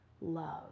love